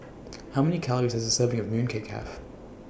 How Many Calories Does A Serving of Mooncake Have